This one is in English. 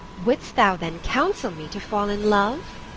wouldst thou then counsel me to fall in love?